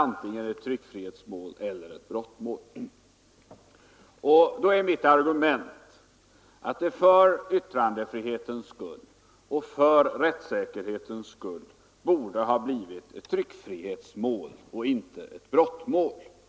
om antingen ett tryckfrihetsmål eller ett brottmål. Och då är mitt argument att för yttrandefrihetens och rättssäkerhetens skull borde det ha blivit ett tryckfrihetsmål och inte ett brottmål.